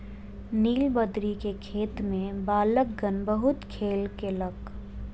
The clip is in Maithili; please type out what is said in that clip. नीलबदरी के खेत में बालकगण बहुत खेल केलक